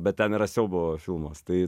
bet ten yra siaubo filmas tai